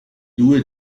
due